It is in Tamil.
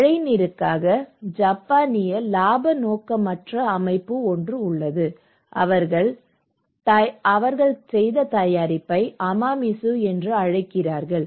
மழைநீருக்காக ஜப்பானிய இலாப நோக்கற்ற அமைப்பு உள்ளது அவர்கள் தயாரிப்பை அமாமிசு என்று அழைக்கிறார்கள்